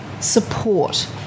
Support